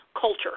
culture